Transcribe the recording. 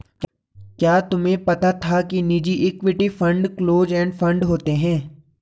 क्या तुम्हें पता था कि निजी equity fund close end fund होते हैं?